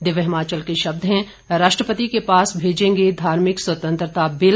दिव्य हिमाचल के शब्द हैं राष्ट्रपति के पास भेजेंगे धार्मिक स्वतंत्रता बिल